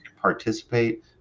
Participate